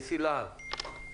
נשיא לה"ב,